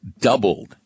Doubled